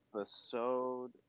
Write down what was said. Episode